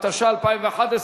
התשע"ב 2011,